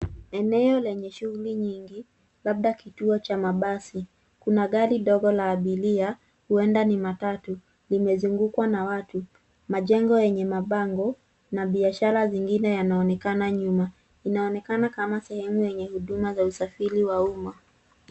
Eneo lenye shughuli nyinyi, labda kituo cha mabasi. Kuna gari dogo la abiria, huenda ni mitatu, limezunguka na watu. Majengo yenye mabango na biashara nyingine yanaonekana nyuma. Inaonekana kama sehemu yenye huduma za usafiri wa uma.